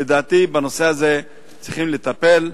לדעתי, בנושא הזה צריכים לטפל.